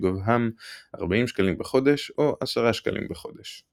שגובהם 40 ש"ח בחודש או 10 ש"ח בחודש.